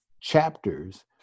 chapters